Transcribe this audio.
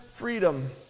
Freedom